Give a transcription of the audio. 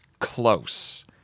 Close